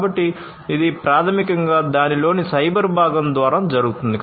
కాబట్టి ఇది ప్రాథమికంగా దానిలోని సైబర్ భాగం ద్వారా జరుగుతుంది